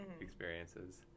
experiences